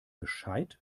bescheid